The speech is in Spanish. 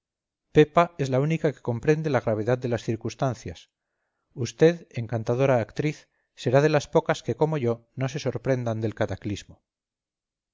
pepa es la única que comprende la gravedad de las circunstancias vd encantadora actriz será de las pocas que como yo no se sorprendan del cataclismo